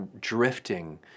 drifting